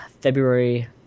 February